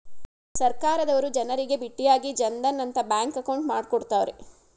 ಸರ್ಕಾರದವರು ಜನರಿಗೆ ಬಿಟ್ಟಿಯಾಗಿ ಜನ್ ಧನ್ ಅಂತ ಬ್ಯಾಂಕ್ ಅಕೌಂಟ್ ಮಾಡ್ಕೊಡ್ತ್ತವ್ರೆ